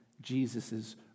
Jesus's